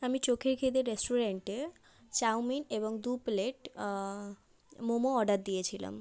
আমি চোখের খিদে রেস্টুরেন্টে চাউমিন এবং দু প্লেট মোমো অর্ডার দিয়েছিলাম